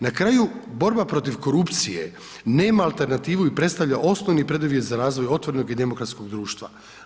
Na kraju, borba protiv korupcije, nema alternativu i predstavlja osnovni preduvjet za razvoj otvorenog i demokratskog društva.